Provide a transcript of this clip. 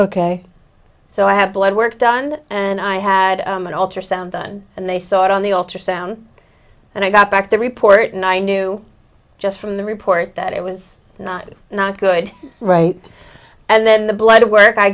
ok so i have blood work done and i had an ultrasound done and they saw it on the ultrasound and i got back the report and i knew just from the report that it was not not good right and then the blood work i